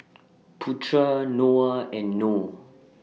Putra Noah and Noh